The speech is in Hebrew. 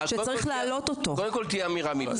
שצריך להעלות אותו חזרה,